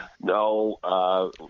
no